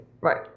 right